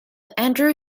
andrew